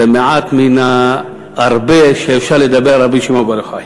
זה מעט מן ההרבה שאפשר לדבר על רבי שמעון בר יוחאי.